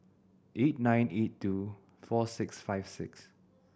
eight nine eight two four six five six